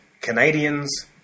Canadians